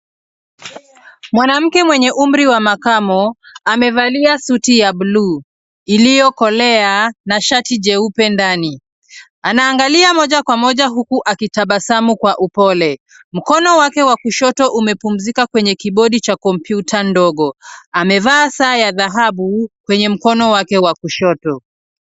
Mwanamke mwenye umri wa makamo amevalia suti ya buluu iliyokolea na shati jeupe ndani. Anaangalia moja kwa moja huku akitabasamu kwa upole. Mkono wake wa kushoto umepumzika kwenye kibodi cha kompyuta ndogo. Amevaa saa ya dhahabu kwenye mkono wake wa kushoto.